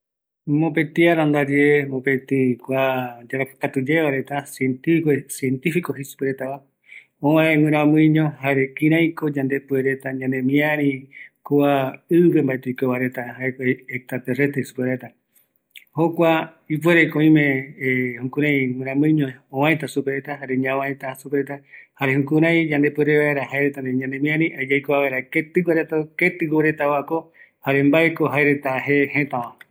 Mopëtï ara ndaye, mopëtï cientifico övae jare kïräi yandepureta ñanemiärï kua extraterrestre jei supeva retandive, kuako jokotɨ kua yarakuakatu va reta oeka, oïmetako öñevae arakae